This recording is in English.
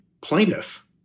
plaintiff